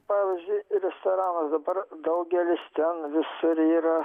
pavyzdžiui restoranas dabar daugelis ten visur yra